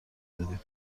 بدیم